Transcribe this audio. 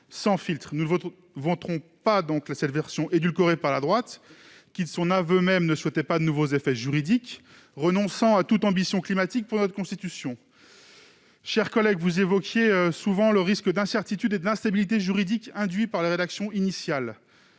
sans filtre. Nous ne voterons donc pas cette version édulcorée par la droite, qui, de son aveu même, ne souhaite pas de nouveaux effets juridiques et qui renonce à toute ambition climatique pour notre Constitution. Chers collègues de la majorité sénatoriale, vous évoquez souvent le risque d'incertitude et d'instabilité juridiques qu'induit la rédaction initiale.